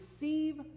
receive